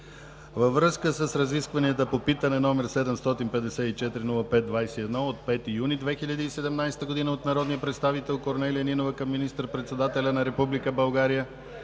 във връзка с разискванията по питане № 754-05-21 от 5 юни 2017 г. от народния представител Корнелия Нинова към министър председателя на Република България